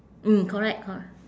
mm correct cor~